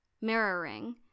mirroring